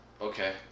Okay